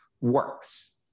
works